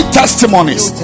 testimonies